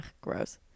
gross